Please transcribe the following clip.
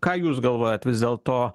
ką jūs galvojat vis dėlto